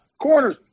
Corners